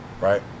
right